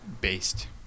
based